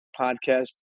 podcast